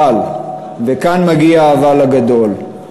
אבל, וכאן מגיע ה"אבל" הגדול,